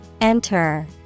Enter